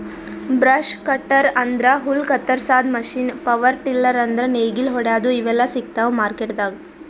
brush cutter ಅಂದ್ರ ಹುಲ್ಲ್ ಕತ್ತರಸಾದ್ ಮಷೀನ್ ಪವರ್ ಟಿಲ್ಲರ್ ಅಂದ್ರ್ ನೇಗಿಲ್ ಹೊಡ್ಯಾದು ಇವೆಲ್ಲಾ ಸಿಗ್ತಾವ್ ಮಾರ್ಕೆಟ್ದಾಗ್